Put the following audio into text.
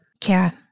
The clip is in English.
Kara